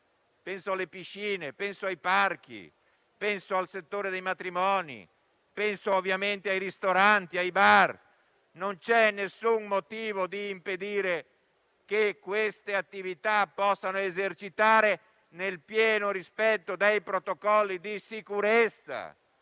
penso alle piscine, ai parchi, al settore dei matrimoni, ovviamente ai ristoranti, ai bar. Non c'è nessun motivo di impedire che queste attività possano esercitare, nel pieno rispetto dei protocolli di sicurezza,